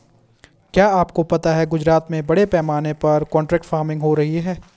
क्या आपको पता है गुजरात में बड़े पैमाने पर कॉन्ट्रैक्ट फार्मिंग हो रही है?